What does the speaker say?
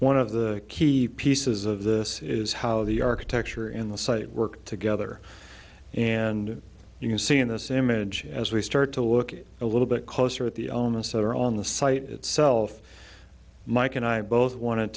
one of the key pieces of this is how the architecture in the site work together and you can see in this image as we start to look at a little bit closer at the onus either on the site itself mike and i both wanted